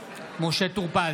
משה טור פז,